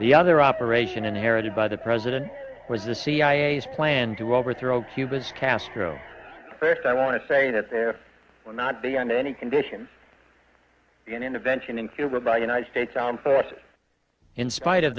the other operation inherited by the president was the cia's plan to overthrow cuba's castro first i want to say that there will not be under any conditions an intervention in cuba or the united states armed forces in spite of